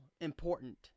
important